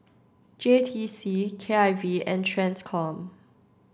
J T C K I V and TRANSCOM